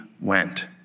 went